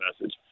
message